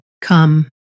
come